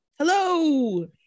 Hello